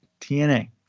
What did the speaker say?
TNA